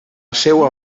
seua